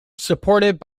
supported